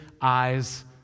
eyes